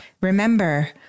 Remember